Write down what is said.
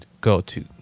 go-to